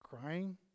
crying